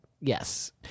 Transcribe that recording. Yes